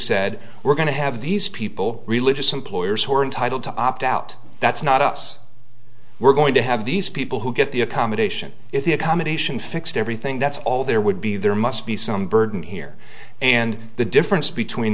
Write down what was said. said we're going to have these people religious employers who are entitled to opt out that's not us we're going to have these people who get the accommodation is the accommodation fixed everything that's all there would be there must be some burden here and the difference between